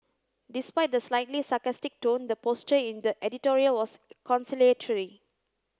despite the slightly sarcastic tone the posture in the editorial was conciliatory